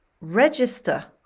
register